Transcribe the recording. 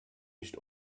nicht